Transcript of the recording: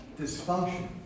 dysfunction